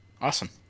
Awesome